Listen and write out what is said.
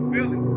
Billy